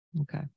Okay